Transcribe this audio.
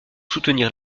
soutenir